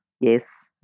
Yes